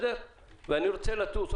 ואני רוצה לטוס.